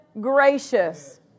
gracious